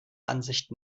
ansicht